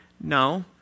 No